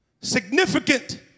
Significant